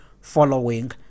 following